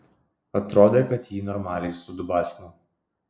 atrodė kad jį normaliai sudubasino